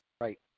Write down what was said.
Right